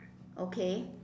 okay